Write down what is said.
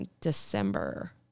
december